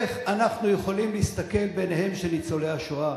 איך אנחנו יכולים להסתכל בעיניהם של ניצולי השואה